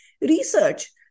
research